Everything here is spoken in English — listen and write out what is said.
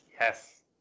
Yes